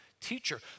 teacher